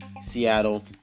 Seattle